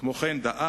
כמו כן דאג